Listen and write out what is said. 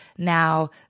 now